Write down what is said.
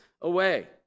away